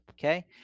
Okay